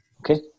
Okay